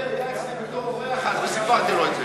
מר פרי היה אצלי בתור אורח אז וסיפרתי לו את זה.